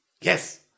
Yes